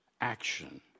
action